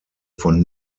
von